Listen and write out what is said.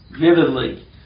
vividly